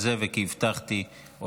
וכי הבטחתי,